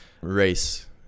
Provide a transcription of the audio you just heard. race